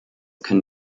können